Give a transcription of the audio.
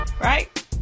right